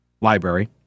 library